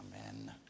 Amen